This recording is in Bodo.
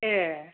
ए